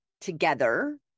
together